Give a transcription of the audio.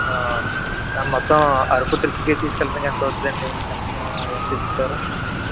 okay మొత్తం అరకు ట్రిప్కి తీసుకెళ్ళడానికి ఎంత అవుతదండి ఎంత తీసుకుంటారు